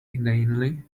inanely